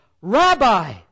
Rabbi